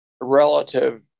relative